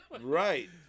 Right